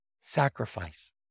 sacrifice